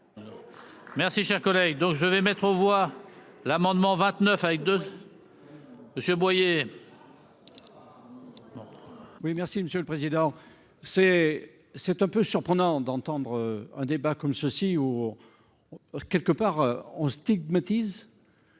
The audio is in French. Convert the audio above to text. Merci cher collègue. Donc je vais mettre aux voix l'amendement 29 avec 2. Monsieur Boyer. Oui, merci Monsieur le Président. C'est c'est un peu surprenant d'entendre un débat comme ceci ou. Quelque part, on stigmatise.